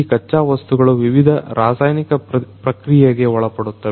ಈ ಖಚ್ಚಾ ವಸ್ತುಗಳು ವಿವಿಧ ರಾಸಾಯನಿಕ ಪ್ರಕ್ರೀಯೆಗೆ ಒಳಪಡುತ್ತವೆ